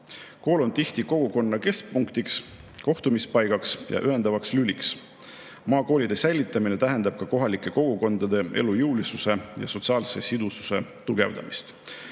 Kool on tihti kogukonna keskpunktiks, kohtumispaigaks ja ühendavaks lüliks. Maakoolide säilitamine tähendab kohalike kogukondade elujõulisuse ja sotsiaalse sidususe tugevdamist. Mul